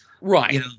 Right